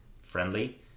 friendly